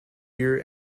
year